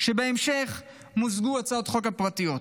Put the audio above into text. שבהמשך מוזגו בה הצעות החוק הפרטיות.